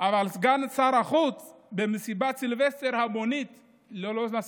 אבל סגן שר החוץ במסיבת סילבסטר המונית ללא מסכות,